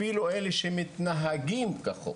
אפילו כאלה שמתנהגים כחוק,